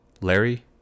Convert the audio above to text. Larry